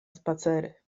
spacery